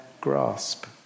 grasp